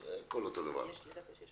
אותי מנהלת הוועדה שעוררה אותה מנהלת ועדת